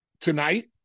tonight